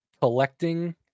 collecting